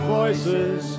voices